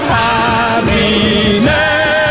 happiness